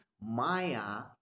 maya